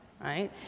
right